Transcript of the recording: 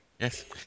Yes